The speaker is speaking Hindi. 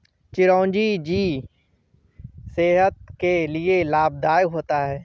चिरौंजी सेहत के लिए लाभदायक होता है